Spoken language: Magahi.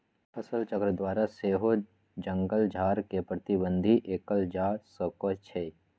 फसलचक्र द्वारा सेहो जङगल झार के प्रबंधित कएल जा सकै छइ